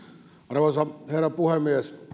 arvoisa herra puhemies